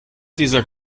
dieser